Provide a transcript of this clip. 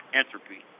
entropy